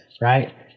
Right